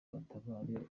batabare